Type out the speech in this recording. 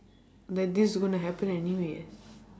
that this is going to happen anyway